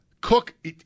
Cook